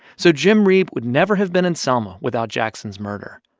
so jim reeb would never have been in selma without jackson's murder.